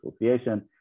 association